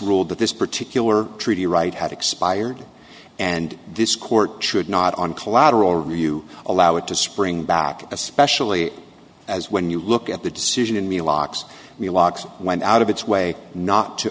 ruled that this particular treaty right had expired and this court should not on collateral review allow it to spring back especially as when you look at the decision in the locks the locks went out of its way not to